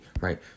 right